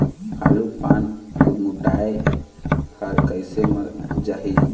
आलू पान गुरमुटाए हर कइसे मर जाही?